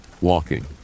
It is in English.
walking